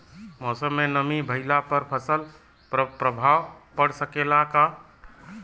मौसम में नमी भइला पर फसल पर प्रभाव पड़ सकेला का?